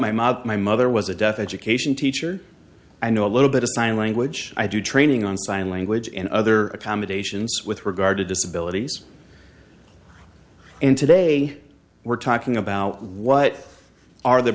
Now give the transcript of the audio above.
mother my mother was a death education teacher i know a little bit of sign language i do training on sign language and other accommodations with regard to disability and today we're talking about what are the